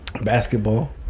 basketball